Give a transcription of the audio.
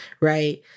right